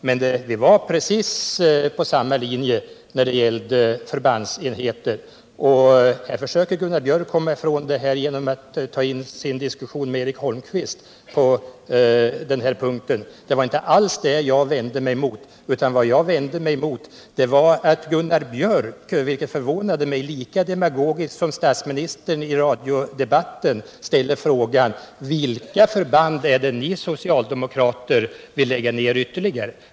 Men vi var precis på samma linje när det gällde förbandsenheter, och Gunnar Björk försöker komma ifrån det genom att ta upp en diskussion med Eric Holmqvist på den här punkten. Det var inte alls det jag vände mig mot, utan det var att Gunnar Björk, vilket förvånade mig, lika demagogiskt som statsministern i radiodebatten ställde frågan: Vilka förband ytterligare är det ni socialdemokrater vill lägga ned?